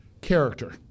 character